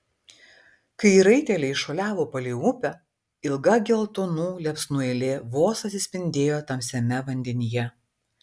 kai raiteliai šuoliavo palei upę ilga geltonų liepsnų eilė vos atsispindėjo tamsiame vandenyje